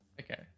Okay